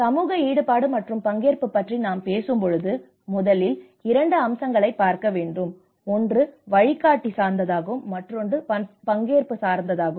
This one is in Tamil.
சமூக ஈடுபாடு மற்றும் பங்கேற்பைப் பற்றி நாம் பேசும்போது முதலில் இரண்டு அம்சங்களைப் பார்க்க வேண்டும் ஒன்று வழிகாட்டி சார்ந்ததாகும் மற்றொன்று பங்கேற்பு சார்ந்ததாகும்